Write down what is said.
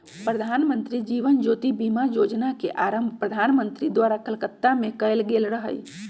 प्रधानमंत्री जीवन ज्योति बीमा जोजना के आरंभ प्रधानमंत्री द्वारा कलकत्ता में कएल गेल रहइ